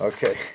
Okay